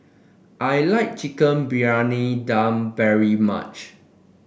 I like Chicken Briyani Dum very much